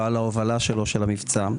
ועל ההובלה שלו את המבצע.